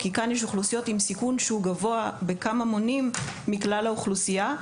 כי אלו אוכלוסיות עם סיכון שהוא גבוה בכמה מונים מכלל האוכלוסייה.